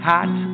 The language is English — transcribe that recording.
Hot